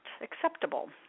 acceptable